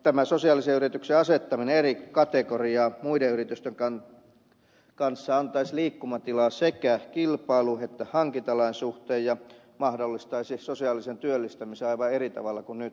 tämä sosiaalisen yrityksen asettaminen eri kategoriaan muiden yritysten kanssa antaisi liikkumatilaa sekä kilpailu että hankintalain suhteen ja mahdollistaisi sosiaalisen työllistämisen aivan eri tavalla kuin nyt